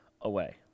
away